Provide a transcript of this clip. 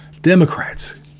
Democrats